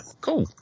Cool